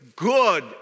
good